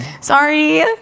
Sorry